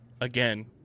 again